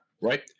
right